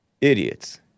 Idiots